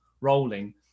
rolling